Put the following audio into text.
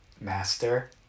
master